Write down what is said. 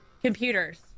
computers